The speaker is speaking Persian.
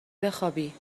بخوابی